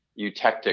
eutectic